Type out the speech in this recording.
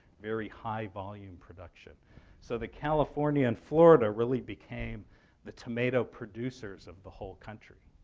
very high-volume production so that california and florida really became the tomato producers of the whole country.